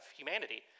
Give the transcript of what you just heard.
humanity